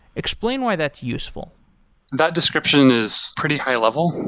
explain why that's useful that description is pretty high level,